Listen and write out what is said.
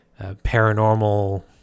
paranormal